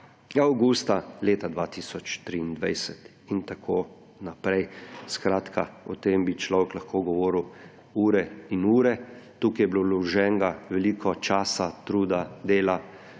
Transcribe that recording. avgusta leta 2023 in tako naprej. Skratka, o tem bi človek lahko govoril ure in ure. Tukaj je bilo vloženega veliko časa, truda, dela.